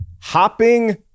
hopping